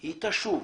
היא תשוב.